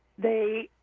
they